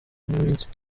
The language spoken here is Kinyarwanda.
nk’iminsi